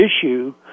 issue